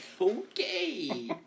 Okay